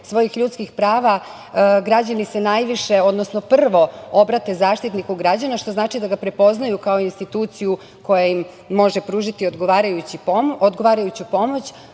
svojih ljudskih prava, građani se najviše odnosno, prvo obrate Zaštitniku građana, što znači da ga prepoznaju kao instituciju koja im može pružiti odgovarajuću pomoć.